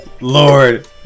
Lord